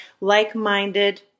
like-minded